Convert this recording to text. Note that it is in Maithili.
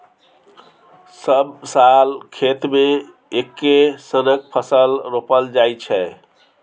सब साल खेत मे एक्के सनक फसल रोपल जाइ छै